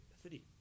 Three